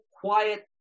quiet